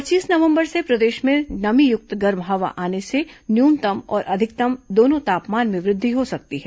पच्चीस नवंबर से प्रदेश में नमी युक्त गर्म हवा आने से न्यूनतम और अधिकतम दोनों तापमान में वृद्धि हो सकती है